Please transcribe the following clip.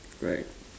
right